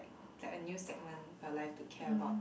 like a new segment your life to care about